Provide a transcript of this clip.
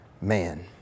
man